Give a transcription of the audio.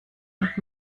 und